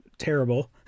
terrible